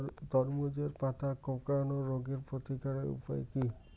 তরমুজের পাতা কোঁকড়ানো রোগের প্রতিকারের উপায় কী?